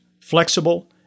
flexible